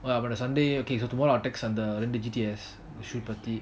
அவ:ava sunday okay so tomorrow I will text அந்த ரெண்டு:antha rendu G T S issue பத்தி:pathi